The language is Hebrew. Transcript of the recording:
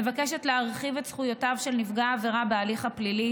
מבקשת להרחיב את זכויותיו של נפגע העבירה בהליך הפלילי